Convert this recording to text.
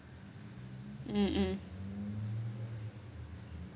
mm mm